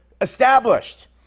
established